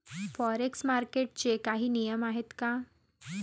Forex मार्केटचे काही नियम आहेत का?